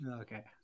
okay